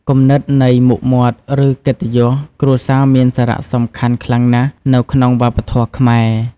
គំនិតនៃ "មុខមាត់" ឬ "កិត្តិយស" គ្រួសារមានសារៈសំខាន់ខ្លាំងណាស់នៅក្នុងវប្បធម៌ខ្មែរ។